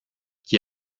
qui